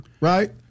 right